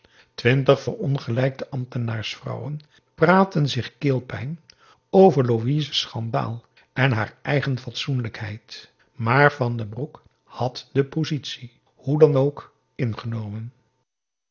twintig verongelijkte ambtenaarsvrouwen praatten zich keelpijn over louise's schandaal en haar eigen fatsoenlijkheid maar van den broek had de positie hoe dan ook ingenomen